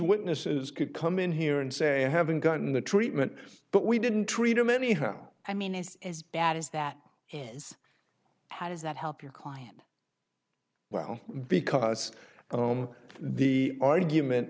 witnesses could come in here and say i haven't gotten the treatment but we didn't treat him anyhow i mean it's as bad as that how does that help your client well because the argument